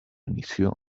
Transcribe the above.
missió